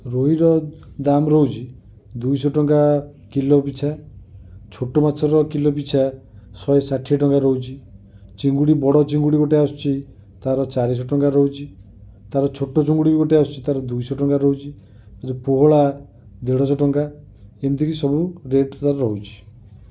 ରୋହି ର ଦାମ ରହୁଛି ଦୁଇଶହ ଟଙ୍କା କିଲୋ ପିଛା ଛୋଟ ମାଛ ର କିଲୋ ପିଛା ଶହେ ଷାଠିଏ ଟଙ୍କା ରହୁଛି ଚିଙ୍ଗୁଡ଼ି ବଡ଼ ଚିଙ୍ଗୁଡି ଗୋଟେ ଆସୁଛି ତାର ଚାରିଶହ ଟଙ୍କା ରହୁଛି ତାର ଛୋଟ ଚିଙ୍ଗୁଡ଼ି ବି ଗୋଟେ ଆସୁଛି ତାର ଦୁଇଶହ ଟଙ୍କା ରହୁଛି ଏ ଯେଉଁ ପୋହଳା ଦେଢ଼ଶହ ଟଙ୍କା ଏମିତି କି ସବୁ ରେଟ ତାର ରହୁଛି